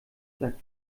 sagt